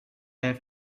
have